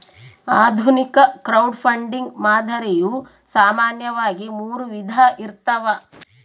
ಆಧುನಿಕ ಕ್ರೌಡ್ಫಂಡಿಂಗ್ ಮಾದರಿಯು ಸಾಮಾನ್ಯವಾಗಿ ಮೂರು ವಿಧ ಇರ್ತವ